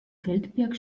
feldberg